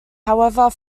however